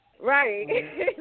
Right